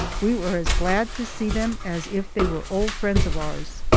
we were as glad to see them as if they were old friends of ours.